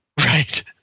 right